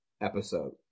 episode